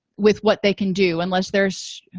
with what they can do unless there's